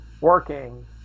working